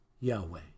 Yahweh